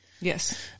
Yes